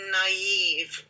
naive